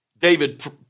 David